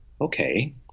okay